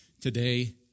today